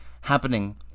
happening